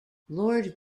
lord